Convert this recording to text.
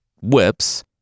whips